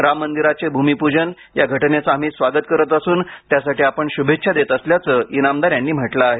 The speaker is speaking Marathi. राम मंदिराचे भूमिप्रजन या घटनेचे आम्ही स्वागत करीत असून त्यासाठी आपण शुभेच्छा देत असल्याचं इनामदार यांनी म्हटलं आहे